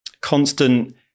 constant